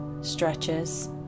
stretches